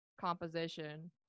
composition